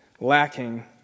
lacking